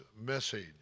message